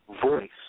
voice